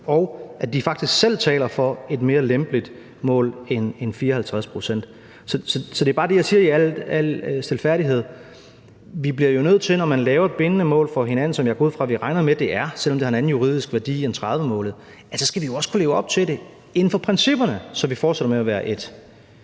og at de faktisk selv taler for et mere lempeligt mål end 54 pct. Så der er det bare, jeg i al stilfærdighed siger, at når vi laver et bindende mål for hinanden – som jeg går ud fra at vi regner med at det er, selv om det har en anden juridisk værdi end 2030-målet – så skal vi jo kunne leve op til det inden for principperne, så vi fortsætter med at være et